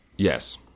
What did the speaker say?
Yes